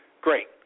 Great